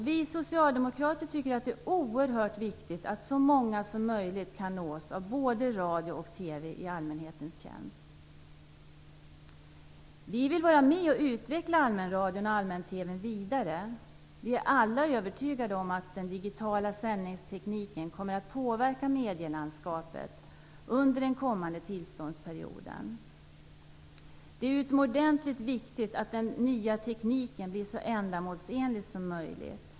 Vi socialdemokrater tycker att det är oerhört viktigt att så många som möjligt kan nås av både radio och TV i allmänhetens tjänst. Vi vill vara med och utveckla allmänradion och allmän-TV:n vidare. Vi är alla övertygade om att den digitala sändningstekniken kommer att påverka medialandskapet under den kommande tillståndsperioden. Det är utomordentligt viktigt att den nya tekniken blir så ändamålsenlig som möjligt.